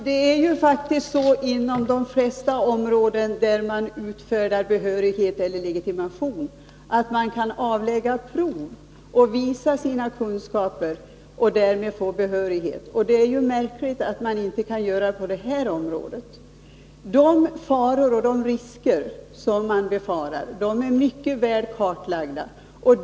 Herr talman! Det är faktiskt så inom de flesta områden där det krävs behörighet eller legitimation, att man kan avlägga prov och på det sättet visa sina kunskaper och få behörighet. Det är märkligt att man inte kan göra det på detta område. De risker som man befarar är mycket väl kartlagda.